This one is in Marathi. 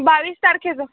बावीस तारखेचं